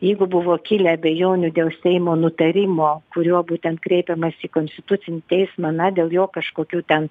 jeigu buvo kilę abejonių dėl seimo nutarimo kuriuo būtent kreipiamasi į konstitucinį teismą na dėl jo kažkokių ten